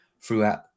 throughout